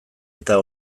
eta